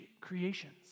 creations